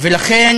ולכן